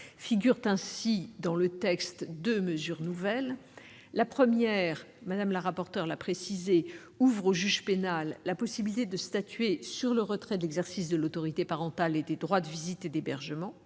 Figurent ainsi deux mesures nouvelles. La première- Mme la rapporteure l'a précisé -ouvre au juge pénal la possibilité de statuer sur le retrait de l'exercice de l'autorité parentale et des droits de visite et d'hébergement.